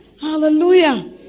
Hallelujah